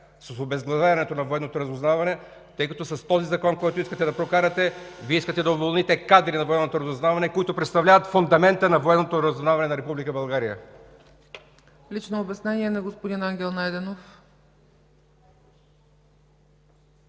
с обезглавяването на Военното разузнаване, тъй като с този Закон, който искате да прокарате, Вие искате да уволните кадри на Военното разузнаване, които представляват фундамента на Военното разузнаване на Република България. ПРЕДСЕДАТЕЛ ЦЕЦКА ЦАЧЕВА: Лично обяснение на господин Ангел Найденов.